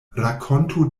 rakontu